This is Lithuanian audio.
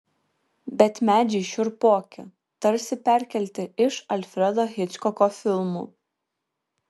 bet medžiai šiurpoki tarsi perkelti iš alfredo hičkoko filmų